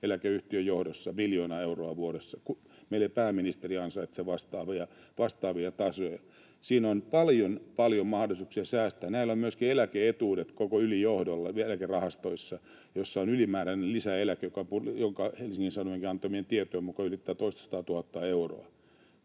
eläkeyhtiön johdossa: miljoona euroa vuodessa. Meillä ei pääministeri ansaitse vastaavia tasoja. Siinä on paljon paljon mahdollisuuksia säästää. Näillä on myöskin eläke-etuudet koko ylijohdolla eläkerahastoissa, joissa on ylimääräinen lisäeläke, joka Helsingin Sanomien antamien tietojen mukaan ylittää